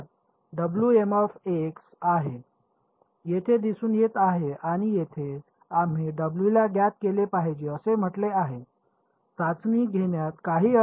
तर अज्ञात आहे येथे दिसून येत आहे आणि येथे आम्ही डब्ल्यूला ज्ञात केले पाहिजे असे म्हटले आहे चाचणी घेण्यात काही अर्थ नाही